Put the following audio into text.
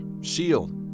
shield